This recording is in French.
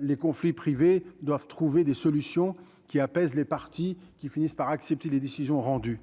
les conflits privés doivent trouver des solutions qui apaise les partis qui finissent par accepter les décisions rendues,